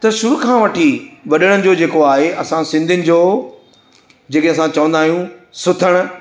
त शुरू खां वठी वॾनि जो जेको आहे असां सिंधियुनि जो जेके असां चवंदा आहियूं सुथण